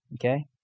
Okay